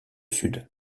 sud